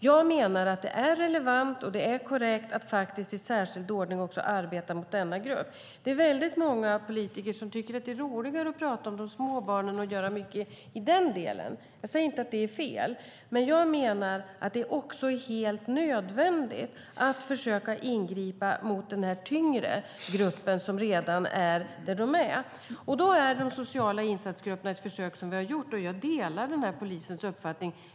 Jag menar att det är relevant och korrekt att i särskild ordning arbeta mot denna grupp. Det är väldigt många politiker som tycker att det är roligare att prata om de små barnen och göra mycket i den delen. Jag säger inte att det är fel, men jag menar att det också är helt nödvändigt att försöka ingripa mot den tyngre gruppen, som redan är där den är. De sociala insatsgrupperna är ett försök som vi har gjort, och jag delar den här polisens uppfattning.